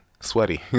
Sweaty